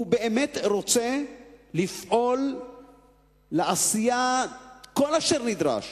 הוא באמת רוצה לפעול לעשיית כל אשר נדרש